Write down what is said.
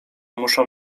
muszą